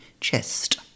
chest